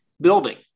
building